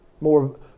More